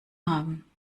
haben